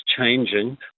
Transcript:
changing